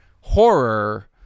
horror